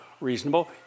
reasonable